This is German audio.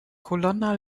colonna